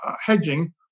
hedging